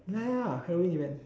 ya ya ya Halloween event